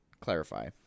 Clarify